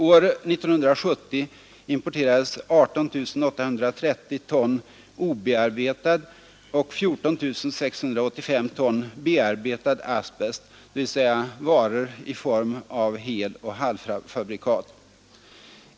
År 1970 importerades 18 830 ton obearbetad och 14 685 ton bearbetad asbest, dvs. varor i form av heloch halvfabrikat.